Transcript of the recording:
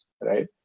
right